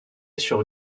sur